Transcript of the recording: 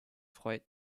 freut